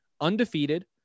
undefeated